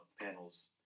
panels –